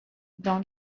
dans